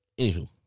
anywho